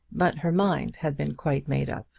but her mind had been quite made up.